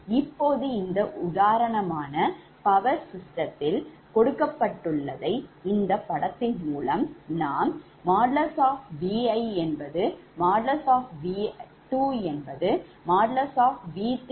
இப்போது இந்த உதாரண பவர் சிஸ்டத்தில் கொடுக்கப்பட்டுள்ளதை இந்த படத்தின் மூலமாக நாம் |V1| |V2| |V3|1